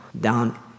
down